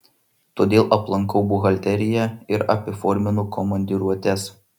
todėl aplankau buhalteriją ir apiforminu komandiruotes